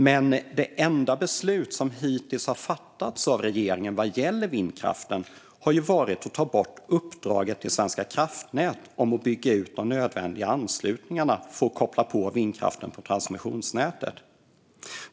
Men det enda beslut som hittills har fattats av regeringen vad gäller vindkraften har varit att ta bort uppdraget till Svenska kraftnät om att bygga ut de nödvändiga anslutningarna för att koppla på vindkraften på transmissionsnätet.